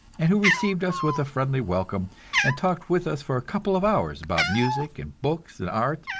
and who received us with a friendly welcome and talked with us for a couple of hours about music and books and art.